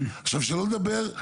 עכשיו, שלא נדבר,